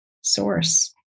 source